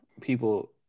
people